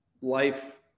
life